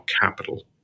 capital